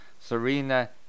Serena